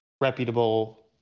reputable